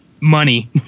money